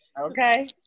okay